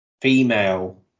female